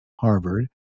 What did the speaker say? Harvard